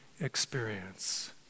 experience